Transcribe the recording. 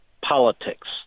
politics